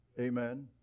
amen